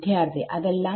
വിദ്യാർത്ഥി അതെല്ലാം